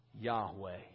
Yahweh